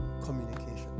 communication